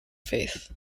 faith